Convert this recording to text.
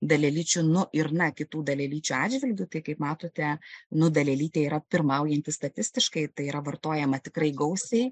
dalelyčių nu ir na kitų dalelyčių atžvilgiu tai kaip matote nu dalelytė yra pirmaujanti statistiškai tai yra vartojama tikrai gausiai